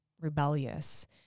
rebellious